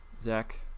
Zach